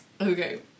Okay